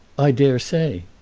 i daresay.